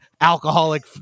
alcoholic